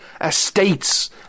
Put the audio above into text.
estates